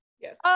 Yes